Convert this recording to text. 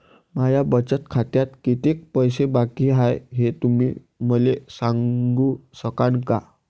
माया बचत खात्यात कितीक पैसे बाकी हाय, हे तुम्ही मले सांगू सकानं का?